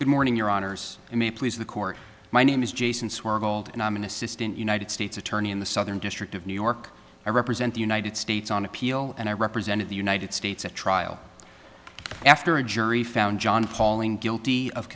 good morning your honors i may please the court my name is jason swore gold and i'm an assistant united states attorney in the southern district of new york i represent the united states on appeal and i represented the united states at trial after a jury found john palling guilty of